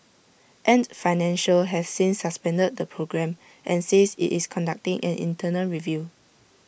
ant financial has since suspended the programme and says IT is conducting an internal review